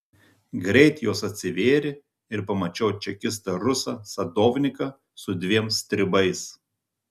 greit jos atsivėrė ir pamačiau čekistą rusą sadovniką su dviem stribais